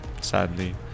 sadly